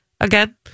Again